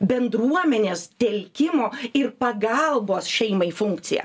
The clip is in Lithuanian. bendruomenės telkimo ir pagalbos šeimai funkciją